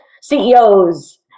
CEOs